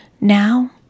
Now